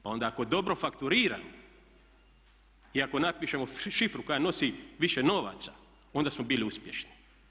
Pa onda ako dobro fakturiramo i ako napišemo šifru koja nosi više novaca onda smo bili uspješni.